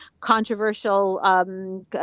controversial